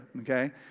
Okay